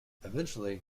eventually